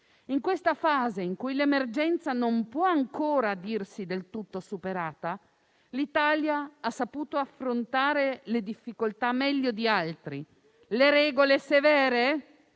In questa fase in cui l'emergenza non può ancora dirsi del tutto superata, l'Italia ha saputo affrontare le difficoltà meglio di altri Paesi. Le regole severe